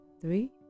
three